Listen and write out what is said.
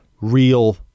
real